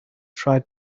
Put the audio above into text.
tried